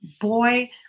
boy